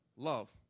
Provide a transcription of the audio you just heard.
love